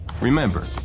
Remember